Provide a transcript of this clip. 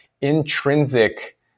intrinsic